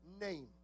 name